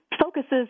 focuses